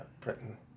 Britain